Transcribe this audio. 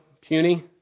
puny